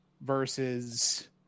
versus